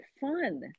fun